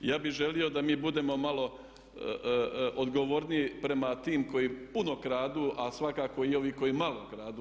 Ja bih želio da mi budemo malo odgovorniji prema tim koji puno kradu, ali svakako i ovi koji malo kradu.